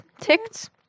Ticked